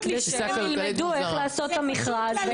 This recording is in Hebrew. הם ילמדו איך לעשות את המכרז.